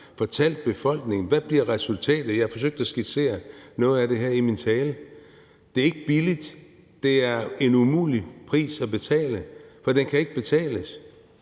fortalte befolkningen, hvad resultatet bliver. Jeg forsøgte at skitsere noget af det her i min tale. Det er ikke billigt. Det er en umulig pris at betale, for den kan ikke betales,